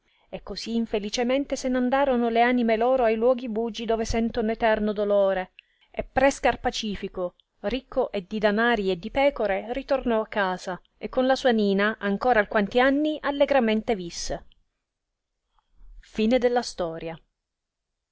e così infelicemente se n'andorono le anime loro a i luoghi bugi dove sentono eterno dolore e pre scarpacifico ricco e di danari e di pecore ritornò a casa e con la sua nina ancora alquanti anni allegramente visse